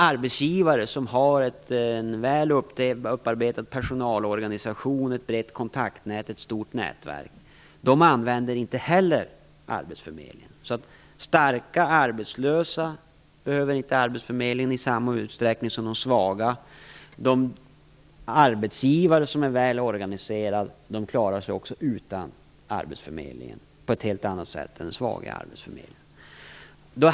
Arbetsgivare som har en väl upparbetad personalorganisation, ett brett kontaktnät och ett stort nätverk använder inte heller arbetsförmedlingen. Starka arbetslösa behöver inte arbetsförmedlingen i samma utsträckning som de svaga. De arbetsgivare som är välorganiserade klarar sig också utan arbetsförmedlingen på ett helt annat sätt än svaga arbetsgivare.